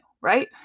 right